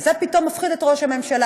וזה פתאום מפחיד את ראש הממשלה.